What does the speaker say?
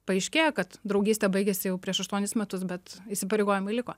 paaiškėja kad draugystė baigėsi jau prieš aštuonis metus bet įsipareigojimai liko